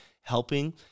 helping